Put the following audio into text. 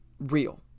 real